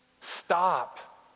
stop